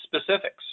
specifics